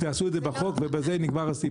תעשו את זה בחוק, ובזה נגמר הסיפור.